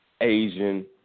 Asian